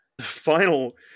final